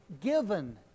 given